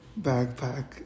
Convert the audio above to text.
backpack